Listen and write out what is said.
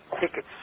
Tickets